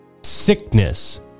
sickness